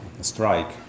strike